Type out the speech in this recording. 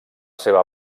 seva